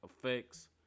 effects